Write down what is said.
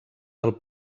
del